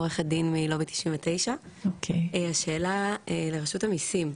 עורכת דין מלובי 99. השאלה היא לרשות המיסים: